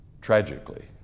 tragically